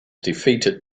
defeated